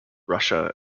russia